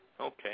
Okay